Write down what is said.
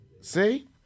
See